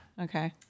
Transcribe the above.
Okay